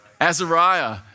Azariah